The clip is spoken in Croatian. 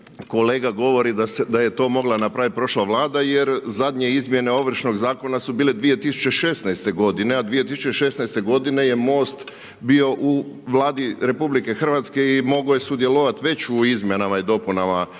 kolega govori da je to mogla napraviti prošla vlada jer zadnje izmjene Ovršnog zakona su bile 2016. godine, a 2016. godine je MOST bio u Vladi RH i mogao je sudjelovati već u izmjenama i dopunama Ovršnog